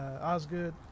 Osgood